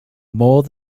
more